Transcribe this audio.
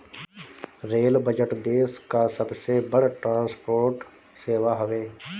rail budget देस कअ सबसे बड़ ट्रांसपोर्ट सेवा हवे